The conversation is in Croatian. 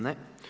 Ne?